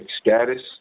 status